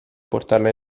portarla